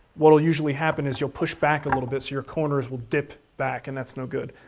what'll usually happen is you'll push back a little bit so your corners will dip back and that's no good.